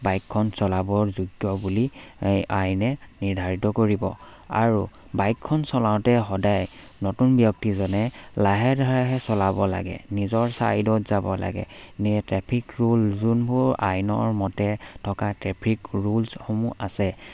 বাইকখন চলাবৰ যোগ্য বুলি আইনে নিৰ্ধাৰিত কৰিব আৰু বাইকখন চলাওঁতে সদায় নতুন ব্যক্তিজনে লাহে ধিৰেহে চলাব লাগে নিজৰ ছাইডত যাব লাগে ট্ৰেফিক ৰুল যোনবোৰ আইনৰ মতে থকা ট্ৰেফিক ৰুলছসমূহ আছে